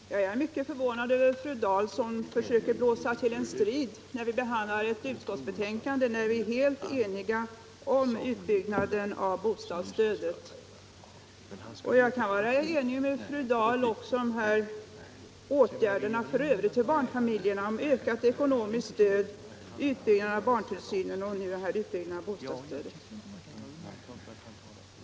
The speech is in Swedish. Herr talman! Jag är mycket förvånad över fru Dahl, som försöker blåsa till strid när vi behandlar ett utskottsbetänkande där vi är helt eniga om utbyggnaden av bostadsstödet. Jag kan vara enig med fru Dahl också om åtgärder härutöver för barnfamiljerna, ökat ekonomiskt stöd och utbyggnad av barntillsynen.